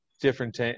different